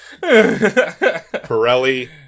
Pirelli